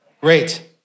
Great